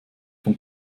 von